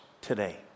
today